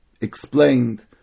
explained